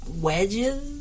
wedges